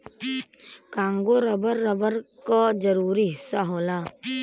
Congo rubber, rubber क जरूरी हिस्सा होला